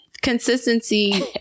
Consistency